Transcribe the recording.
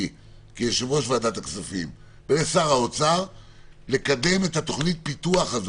יו"ר ועדת הכספים ולשר האוצר לקדם את תוכנית הפיתוח הזאת.